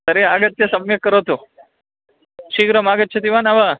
तर्हि आगत्य सम्यक् करोतु शीघ्रम् आगच्छति वा न वा